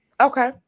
okay